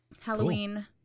Halloween